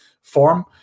form